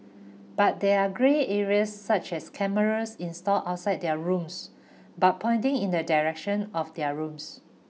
but there are grey areas such as cameras installed outside their rooms but pointing in the direction of their rooms